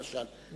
למשל,